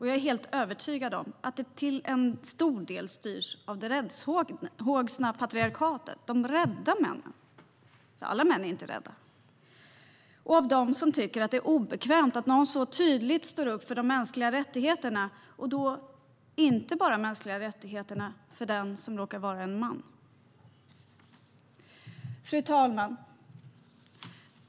Jag är helt övertygad om att det till stor del styrs av det räddhågsna patriarkatet, av de rädda männen - alla män är inte rädda - och av dem som tycker att det är obekvämt att någon så tydligt står upp för de mänskliga rättigheterna, och då inte bara för den som råkar vara man. Fru talman!